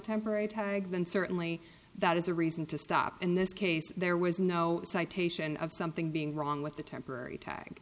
temporary tag then certainly that is a reason to stop in this case there was no citation of something being wrong with the temporary ta